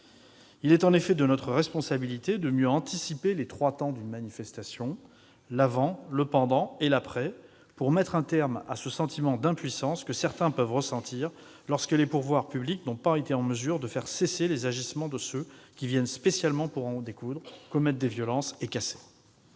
Il est en effet de notre responsabilité de mieux anticiper les trois temps d'une manifestation- l'avant, le pendant et l'après -, pour mettre un terme au sentiment d'impuissance que certains ont pu ressentir lorsque les pouvoirs publics n'ont pas été en mesure de faire cesser les agissements de personnes venues spécialement pour en découdre, commettre des violences et casser.